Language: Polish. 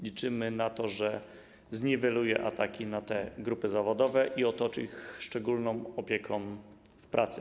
Liczymy na to, że zniweluje ataki na te grupy zawodowe i otoczy je szczególną opieką w pracy.